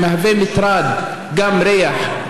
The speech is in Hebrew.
זה גם מטרד של ריח,